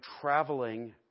traveling